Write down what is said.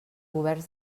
governs